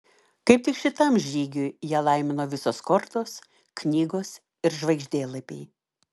kaip tik šitam žygiui ją laimino visos kortos knygos ir žvaigždėlapiai